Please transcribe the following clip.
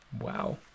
Wow